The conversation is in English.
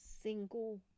single